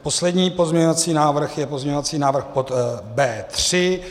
Poslední pozměňovací návrh je pozměňovací návrh B3.